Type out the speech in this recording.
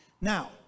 now